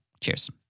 Cheers